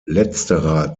letzterer